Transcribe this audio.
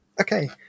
okay